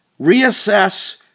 reassess